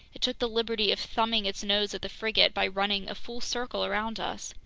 it took the liberty of thumbing its nose at the frigate by running a full circle around us!